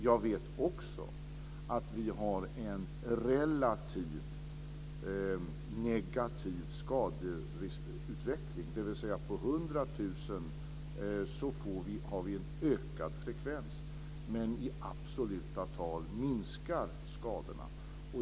Jag vet också att vi har en relativt negativ skadeutveckling, dvs. att vi har en ökad frekvens per 100 000. Men i absoluta tal minskar skadorna.